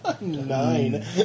Nine